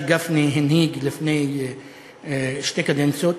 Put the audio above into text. אני הייתי חבר בוועדה שגפני הנהיג לפני שתי קדנציות.